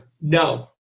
no